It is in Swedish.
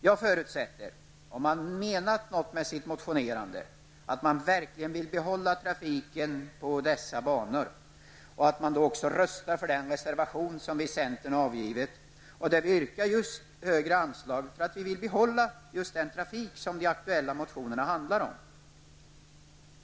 Jag förutsätter, om man menat något med sitt motionerande -- att man verkligen vill behålla trafiken på dessa banor -- att man då också röstar för den reservation som vi i centern avgivit och där vi yrkar högre anslag för att vi vill bibehålla just den trafik som de aktuella motionerna handlar om.